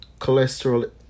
cholesterol